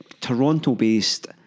Toronto-based